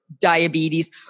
diabetes